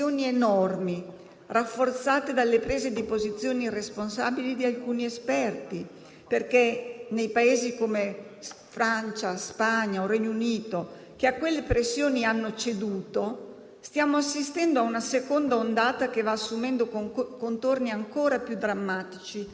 Si tratta dell'unico mezzo a disposizione per agire con tempistiche sufficientemente rapide, per monitorare in modo diffuso e costante, per aumentare quando occorre i posti in terapia intensiva, per dichiarare zone rosse